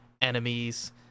enemies